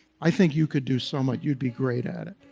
i think you could do so much. you'd be great at it.